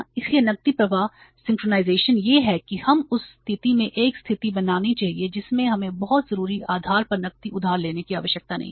इसलिए नकदी प्रवाह सिंक्रनाइज़ेशन यह है कि हमें उस स्थिति में एक स्थिति बनानी चाहिए जिसमें हमें बहुत जरूरी आधार पर नकदी उधार लेने की आवश्यकता नहीं है